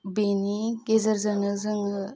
बेनि गेजेरजोंनो जोङो